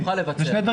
מצד אחד